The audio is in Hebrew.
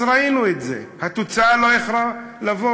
אז ראינו את זה, התוצאה לא איחרה לבוא.